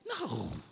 No